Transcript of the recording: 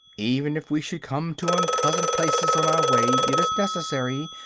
even if we should come to unpleasant places on our way it is necessary,